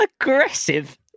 aggressive